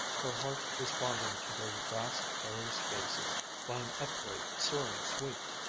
her heart responding to those vast airy spaces by an upward-soaring sweep,